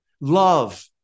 Love